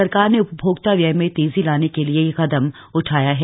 सरकार ने उ भोक्ता व्यय में तेजी लाने के लिए यह कदम उठाया है